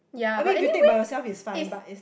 I mean if you take by yourself it's fine but is